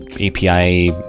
API